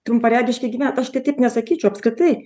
trumparegiškai gyvent aš tai taip nesakyčiau apskritai